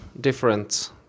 different